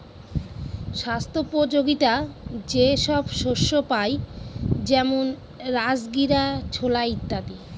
স্বাস্থ্যোপযোগীতা যে সব শস্যে পাই যেমন রাজগীরা, ছোলা ইত্যাদি